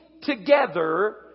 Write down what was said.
together